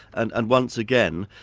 and and once again,